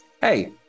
Hey